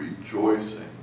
rejoicing